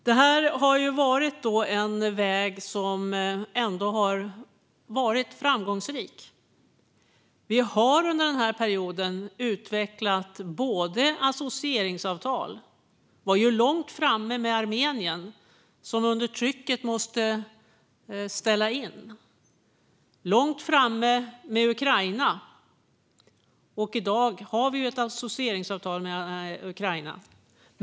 Detta har ändå varit en framgångsrik väg. Vi har under den här perioden utvecklat associeringsavtal - vi var långt framme med Armenien, som dock efter tryck måste ställa in, och vi var långt framme med Ukraina, som vi i dag har ett associeringsavtal med.